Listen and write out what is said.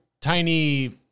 tiny